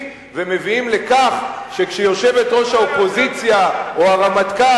ומביאים לכך שכשיושבת-ראש האופוזיציה או הרמטכ"ל,